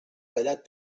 ratllat